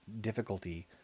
difficulty